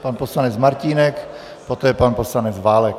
Pan poslanec Martínek, poté pan poslanec Válek.